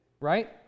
Right